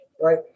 right